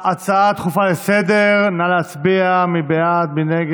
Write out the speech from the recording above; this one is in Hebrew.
ההצעה לסדר-היום שהגשתם בנושא רפורמת הכשרות שיצאה לדרך.